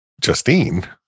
Justine